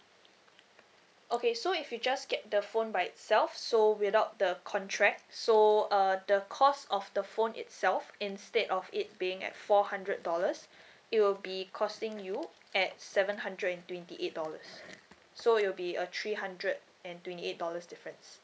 okay so if you just get the phone by itself so without the contract so uh the cost of the phone itself instead of it being at four hundred dollars it will be costing you at seven hundred and twenty eight dollars so it'll be a three hundred and twenty eight dollars difference